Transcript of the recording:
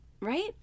right